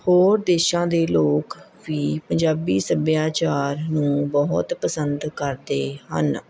ਹੋਰ ਦੇਸ਼ਾਂ ਦੇ ਲੋਕ ਵੀ ਪੰਜਾਬੀ ਸੱਭਿਆਚਾਰ ਨੂੰ ਬਹੁਤ ਪਸੰਦ ਕਰਦੇ ਹਨ